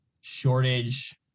shortage